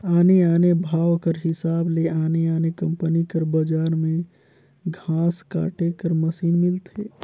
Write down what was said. आने आने भाव कर हिसाब ले आने आने कंपनी कर बजार में घांस काटे कर मसीन मिलथे